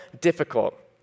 difficult